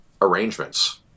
arrangements